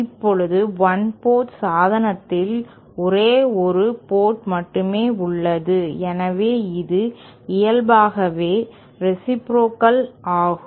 இப்போது 1 போர்ட் சாதனத்தில் ஒரே ஒரு போர்ட் மட்டுமே உள்ளது எனவே இது இயல்பாகவே ரேசிப்ரோகல் ஆகும்